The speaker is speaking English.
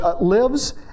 lives